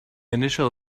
initial